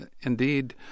indeed